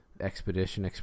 Expedition